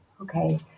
Okay